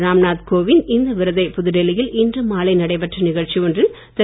ராம்நாத் கோவிந்த் இந்த விருதை புதுடெல்லியில் இன்று மாலை நடைபெற்ற நிகழ்ச்சி ஒன்றில் திரு